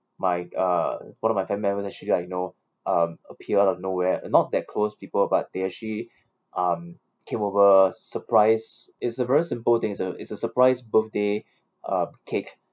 my uh one of my family members actually like you know um appear out of nowhere not that close people but they actually um came over surprise is a very simple things its a it's a surprise birthday uh cake